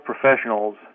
professionals